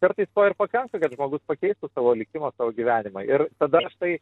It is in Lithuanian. kartais to ir pakanktų kad žmogus pakeistų savo likimą savo gyvenimą ir tada štai